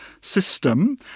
system